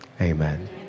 Amen